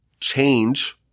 change